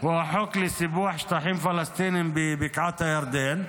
הוא החוק לסיפוח שטחים פלסטיניים בבקעת הירדן.